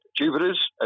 Jupiters